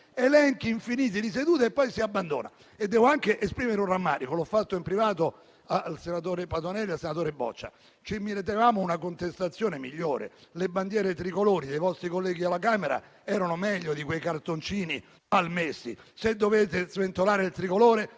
elenchi infiniti di sedute e poi si abbandonano i lavori. Devo anche esprimere un rammarico (l'ho già fatto in privato al senatore Patuanelli e al senatore Boccia): ci meritavamo una contestazione migliore. Le bandiere tricolori dei vostri colleghi alla Camera sono meglio di quei cartoncini malmessi. Se dovete sventolare il tricolore,